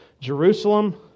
Jerusalem